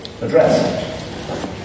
address